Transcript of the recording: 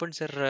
sir